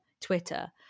Twitter